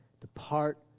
depart